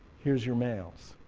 here's your males.